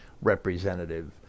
representative